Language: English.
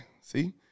see